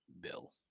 bill